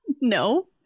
No